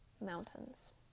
mountains